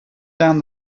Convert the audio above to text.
down